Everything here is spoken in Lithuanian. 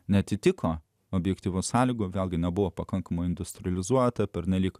neatitiko objektyvių sąlygų vėlgi nebuvo pakankamo industrializuota pernelyg